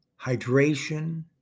hydration